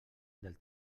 del